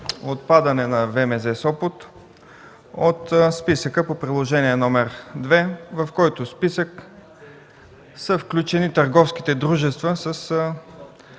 отпадане на ВМЗ – Сопот от списъка по Приложение № 2, в който са включени търговските дружества с